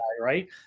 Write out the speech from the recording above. right